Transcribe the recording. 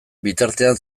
bitartean